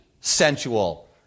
sensual